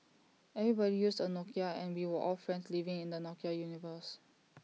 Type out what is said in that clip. everybody used A Nokia and we were all friends living in the Nokia universe